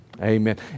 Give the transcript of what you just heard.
Amen